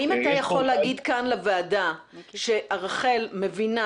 האם אתה יכול להגיד כאן לוועדה שרח"ל מבינה